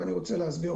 ואני רוצה להסביר,